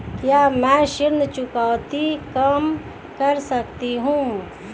क्या मैं ऋण चुकौती कम कर सकता हूँ?